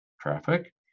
traffic